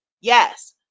Yes